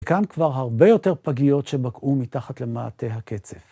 כאן כבר הרבה יותר פגיות שבקעו מתחת למעטה הקצף.